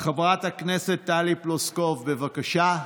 חברת הכנסת טלי פלוסקוב, בבקשה.